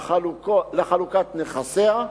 לחלוקת נכסיה,